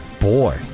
boy